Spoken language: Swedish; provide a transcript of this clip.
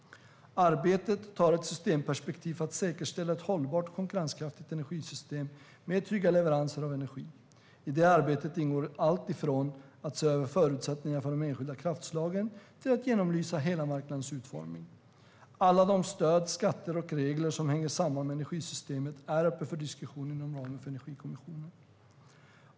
Arbetet tar ett systemperspektiv för att säkerställa ett hållbart och konkurrenskraftigt energisystem med trygga leveranser av energi. I det arbetet ingår alltifrån att se över förutsättningarna för de enskilda kraftslagen till att genomlysa hela marknadens utformning. Alla de stöd, skatter och regler som hänger samman med energisystemet är uppe för diskussion inom ramen för Energikommissionen.